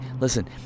Listen